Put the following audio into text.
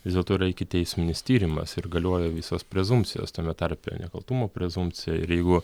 vis dėlto yra ikiteisminis tyrimas ir galioja visos prezumpcijos tame tarpe nekaltumo prezumpcija ir jeigu